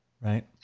Right